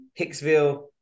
Hicksville